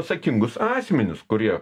atsakingus asmenis kurie